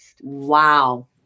Wow